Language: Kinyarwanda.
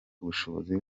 ubushobozi